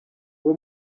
uwo